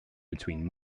between